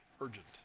urgent